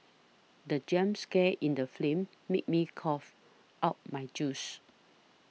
the jump scare in the film made me cough out my juice